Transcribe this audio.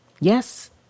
yes